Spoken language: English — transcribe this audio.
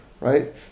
right